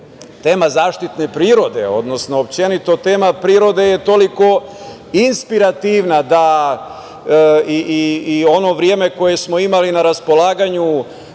tema zaštite prirode, odnosno općenito tema prirode je toliko inspirativna da i ono vreme koje smo imali na raspolaganju